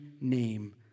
name